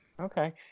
okay